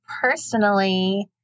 personally